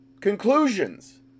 conclusions